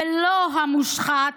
ולא המושחת,